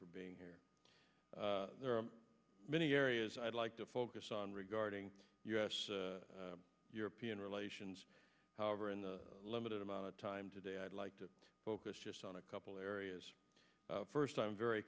for being here there are many areas i'd like to focus on regarding u s european relations however in the limited amount of time today i'd like to focus just on a couple areas first i'm very